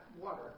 water